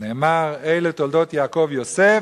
נאמר: אלה תולדות יעקב ויוסף,